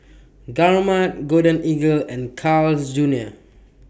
Gourmet Golden Eagle and Carl's Junior